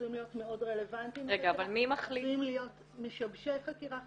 עשויים להיות מאוד רלוונטיים --- משבשי חקירות,